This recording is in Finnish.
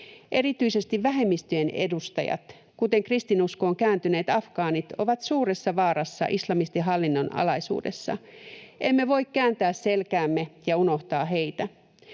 Erityisesti vähemmistöjen edustajat, kuten kristinuskoon kääntyneet afgaanit, ovat suuressa vaarassa islamistihallinnon alaisuudessa. Emme voi kääntää selkäämme ja unohtaa heitä.